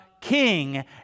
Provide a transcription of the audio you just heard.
king